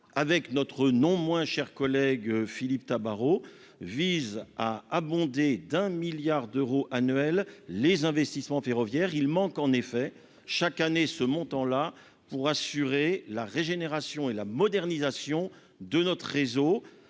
et notre non moins cher collègue Philippe Tabarot, vise à abonder de 1 milliard d'euros annuels les investissements ferroviaires. C'est en effet le montant qui manque, chaque année, pour assurer la régénération et la modernisation de notre réseau.